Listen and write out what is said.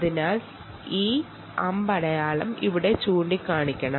അതിനാൽ ഈ ആരോ ഇവിടെ ചൂണ്ടിക്കാണിക്കണം